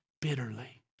bitterly